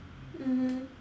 mmhmm